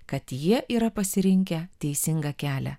kad jie yra pasirinkę teisingą kelią